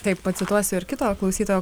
taip pacituosiu ir kito klausytojo